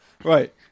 Right